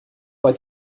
bei